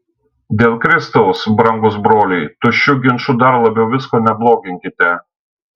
dėl kristaus brangūs broliai tuščiu ginču dar labiau visko nebloginkite